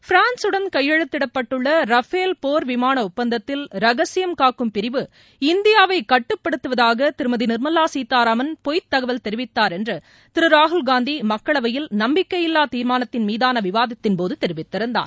பிரான்சுடன் கையெழுதிடப்பட்டுள்ள ரஃபேல் போர் விமான ஒப்பந்தத்தில் ரகசியம் காக்கும் பிரிவு இந்தியாவை கட்டுப்படுத்துவதாக திருமதி நிர்மலா சீதாராமன் பொய்த்தகவல் தெரிவித்தார் என்று திரு ராகுல்காந்தி மக்களவையில் நம்பிக்கையில்லா தீர்மானத்தின் மீதான விவாதத்தின்போது தெரிவித்திருந்தார்